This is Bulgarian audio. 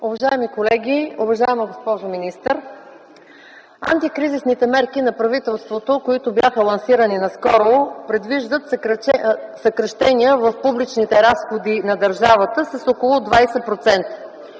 Уважаеми колеги! Уважаема госпожо министър, антрикризисните мерки на правителството, които бяха лансирани наскоро, предвиждат съкращение в публичните разходи на държавата с около 20%.